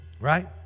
Right